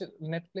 netflix